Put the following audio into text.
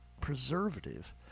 preservative